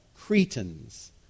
Cretans